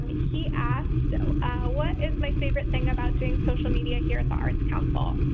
he asked so what is my favorite thing about doing social media here at the arts council?